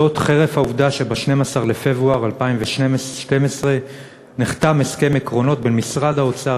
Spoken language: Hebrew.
חרף העובדה שב-12 בפברואר 2012 נחתם הסכם עקרונות בין משרד האוצר